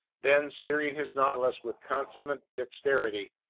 then, steering his nautilus with consummate dexterity,